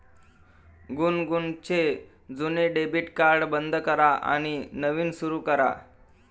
गुनगुनचे जुने debit card बंद करा आणि नवीन सुरू करा